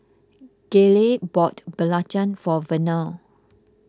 Gayle bought Belacan for Vernal